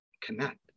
connect